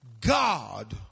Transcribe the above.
God